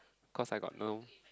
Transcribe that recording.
cause I got no